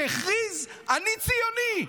שהכריז: "אני ציוני".